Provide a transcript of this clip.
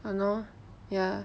!hannor! ya